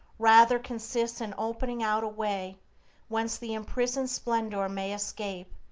rather consists in opening out a way whence the imprisoned splendour may escape,